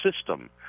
system